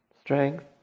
strength